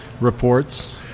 reports